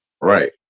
Right